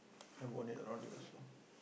I worn it around you also